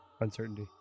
Uncertainty